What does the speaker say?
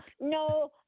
No